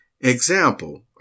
example